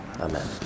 Amen